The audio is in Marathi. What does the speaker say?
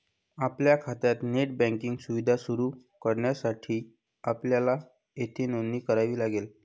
आपल्या खात्यात नेट बँकिंग सुविधा सुरू करण्यासाठी आपल्याला येथे नोंदणी करावी लागेल